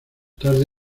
tarde